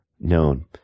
known